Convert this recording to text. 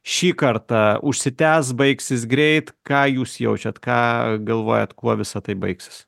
šį kartą užsitęs baigsis greit ką jūs jaučiat ką galvojat kuo visa tai baigsis